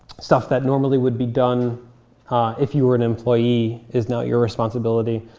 stuff that normally would be done if you were an employee is not your responsibility.